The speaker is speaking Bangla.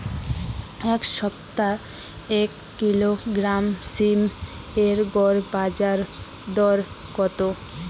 এই সপ্তাহে এক কিলোগ্রাম সীম এর গড় বাজার দর কত?